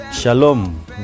Shalom